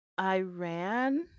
iran